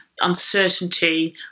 uncertainty